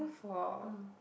for